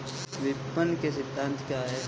विपणन के सिद्धांत क्या हैं?